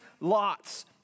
lots